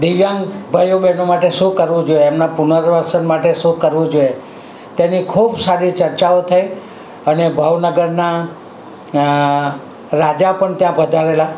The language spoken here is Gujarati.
દિવ્યાંગ ભાઈઓ બહેનો માટે શું કરવું જોઈએ એમના પુનર્વસન માટે શું કરવું જોઈએ તેની ખૂબ સારી ચર્ચાઓ થઈ અને ભાવનગરના રાજા પણ ત્યાં પધારેલા